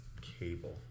Cable